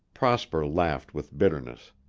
prosper laughed with bitterness.